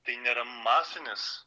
tai nėra masinis